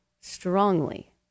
strongly